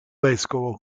vescovo